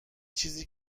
چیزی